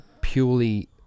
purely